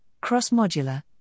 cross-modular